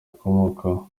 akomokamo